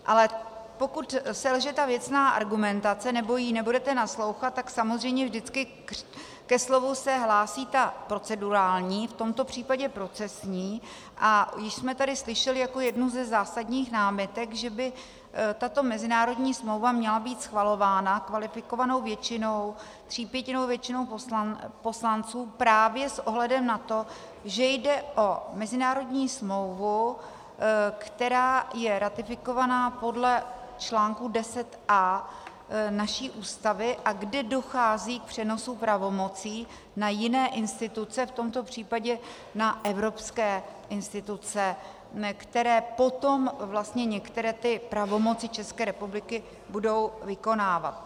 Ale pokud selže ta věcná argumentace nebo jí nebudete naslouchat, tak samozřejmě vždycky se ke slovu hlásí ta procedurální, v tomto případě procesní, a již jsme tady slyšeli jako jednu ze zásadních námitek, že by tato mezinárodní smlouva měla být schvalována kvalifikovanou většinou, třípětinovou většinou poslanců právě s ohledem na to, že jde o mezinárodní smlouvu, která je ratifikovaná podle článku 10a naší Ústavy a kdy dochází k přenosu pravomocí na jiné instituce, v tomto případě na evropské instituce, které potom vlastně některé ty pravomoci České republiky budou vykonávat.